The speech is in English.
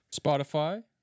Spotify